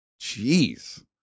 Jeez